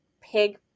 pig